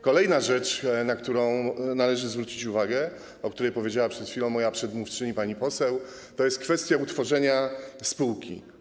Kolejna rzecz, na którą należy zwrócić uwagę, o której powiedziała przed chwilą moją przedmówczyni, pani poseł, to jest kwestia utworzenia spółki.